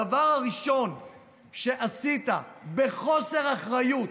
הדבר הראשון שעשית בחוסר אחריות